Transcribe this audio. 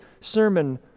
sermon